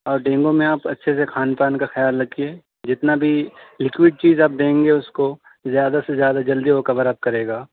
اور ڈینگو میں آپ اچھے سے کھان پان کا خیال رکھیے جتنا بھی لیکوڈ چیز آپ دیں گے اس کو زیادہ سے زیادہ جلدی وہ کور اپ کرے گا